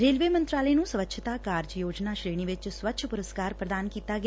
railway ਮੰਤਰਾਲੇ ਨੂੰ ਸਵੱਛਤਾ ਕਾਰਜ ਯੋਜਨਾ ਸੂੇਣੀ ਵਿਚ ਸਵੱਛ ਪੁਰਸਕਾਰ ਪ੍ਰਦਾਨ ਕੀਤਾ ਗਿਆ